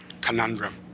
conundrum